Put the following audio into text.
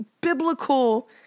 biblical